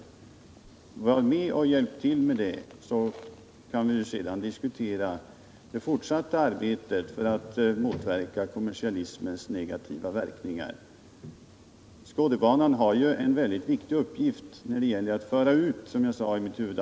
Är Anslag till allmäninte det ett mål också i den moderata kulturpolitiken?